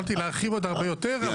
יכולתי להרחיב עוד הרבה יותר.